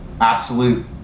absolute